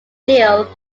gill